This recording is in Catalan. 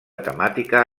temàtica